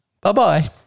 Bye-bye